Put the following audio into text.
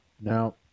Now